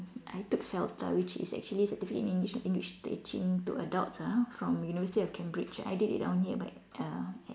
I took celta which is actually the certificate in English English teaching to adults ah from university of cambridge I did it one year like uh at